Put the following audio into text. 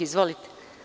Izvolite.